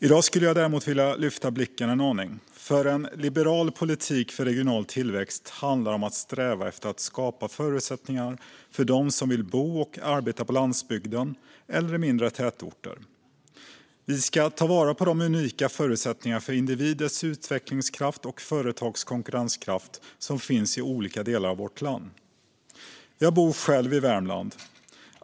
I dag skulle jag vilja lyfta blicken en aning. En liberal politik för regional tillväxt handlar om att sträva efter att skapa förutsättningar för dem som vill bo och arbeta på landsbygden eller i mindre tätorter. Vi ska ta vara på de unika förutsättningar för individers utvecklingskraft och företags konkurrenskraft som finns i olika delar av vårt land. Jag bor själv i Värmland.